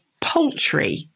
poultry